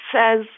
says